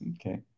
Okay